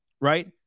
right